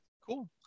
cool